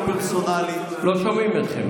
פרסונלית -- חוקי הנאשם --- לא שומעים אתכם.